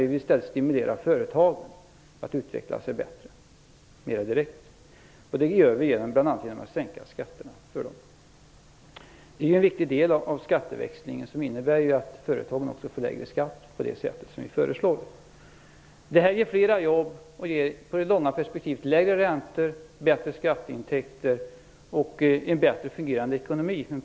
Vi vill i stället stimulera företagen mera direkt till att utveckla sig bättre. Det gör vi bl.a. genom att sänka skatterna för dem. Det är en viktig del i skatteväxlingen att företagen får lägre skatt på det sätt som vi föreslår. Det här ger flera jobb och ger i det långa perspektivet lägre räntor, bättre skatteintäkter och en bättre fungerande ekonomi.